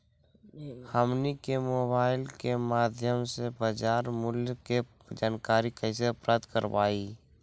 हमनी के मोबाइल के माध्यम से बाजार मूल्य के जानकारी कैसे प्राप्त करवाई?